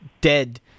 Dead